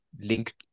link